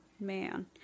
man